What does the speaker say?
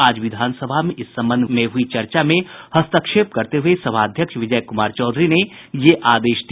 आज विधानसभा में इस संबंध में हुई चर्चा में हस्तक्षेप करते हुए सभाध्यक्ष विजय कुमार चौधरी ने ये आदेश दिया